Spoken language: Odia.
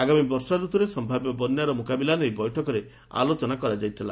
ଆଗାମୀ ବର୍ଷାରତୁରେ ସମ୍ଭାବ୍ୟ ବନ୍ୟାର ମୁକାବିଲା ନେଇ ବୈଠକରେ ଆଲୋଚନା କରାଯାଇଥିଲା